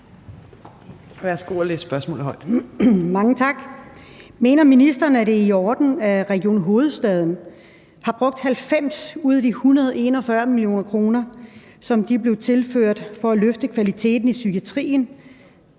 Kl. 15:20 Liselott Blixt (DF): Mange tak. Mener ministeren, at det er i orden, at Region Hovedstaden har brugt 90 ud af de 141 mio. kr., der er blevet tilført for at løfte kvaliteten i psykiatrien,